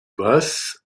was